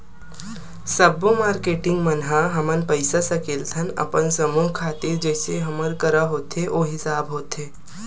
सब्बो मारकेटिंग मन ह हमन पइसा सकेलथन अपन समूह खातिर जइसे हमर करा होथे ओ हिसाब होथे